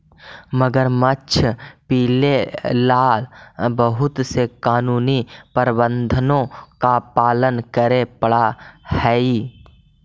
मगरमच्छ पीले ला बहुत से कानूनी प्रावधानों का पालन करे पडा हई